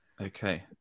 Okay